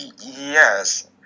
Yes